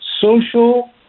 social